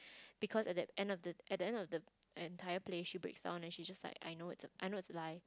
because at that end of the at the end of the entire play she breaks down and she just like I know it's a I know it's a lie